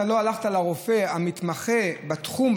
לרופא המומחה בתחום,